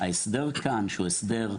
ההסדר כאן, שהוא הסדר ייחודי,